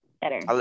better